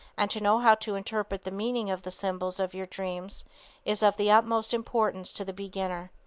and to know how to interpret the meaning of the symbols of your dreams is of the utmost importance to the beginner.